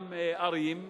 יש גם ערים,